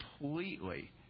completely